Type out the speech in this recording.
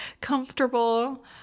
comfortable